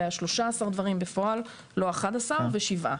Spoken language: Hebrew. אלו 13 דברים בפועל ולא 11 דברים בפועל,